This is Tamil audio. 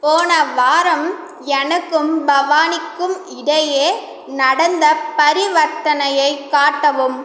போன வாரம் எனக்கும் பவானிக்கும் இடையே நடந்த பரிவர்த்தனையை காட்டவும்